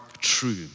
true